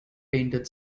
painted